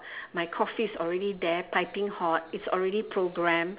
my coffee is already there piping hot it's already programmed